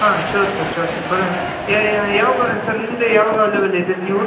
ಹಾಂ sure sir sure sir ಬರೋಣ ಯಾವಾಗ ಬರೋಣ ಸರ್ ನಿಮ್ದು ಯಾವಾಗ ಅವೆಲೆಬಲ್ ಇದ್ದೀರಿ ನೀವು